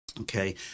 Okay